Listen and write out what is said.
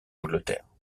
angleterre